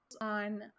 on